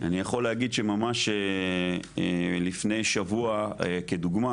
אני יכול להגיד שממש לפני שבוע כדוגמא,